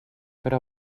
però